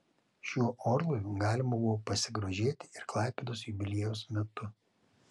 šiuo orlaiviu galima buvo pasigrožėti ir klaipėdos jubiliejaus metu